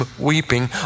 weeping